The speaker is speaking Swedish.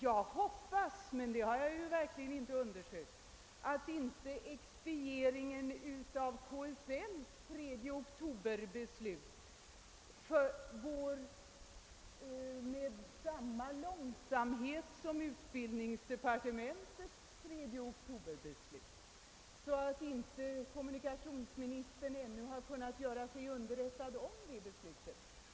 Jag hoppas — men det har jag verkligen inte undersökt — att expedieringen av KSL:s 3 oktober-beslut inte gått lika långsamt som utbildningsdepartementets 3 oktober-beslut, så att kommunikationsministern ännu inte har kunnat göra sig underrättad om det.